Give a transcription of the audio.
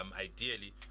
ideally